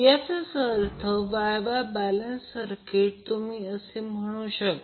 याचाच अर्थ Y Y balance circuit असे तुम्ही म्हणू शकता